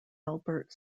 albert